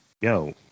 yo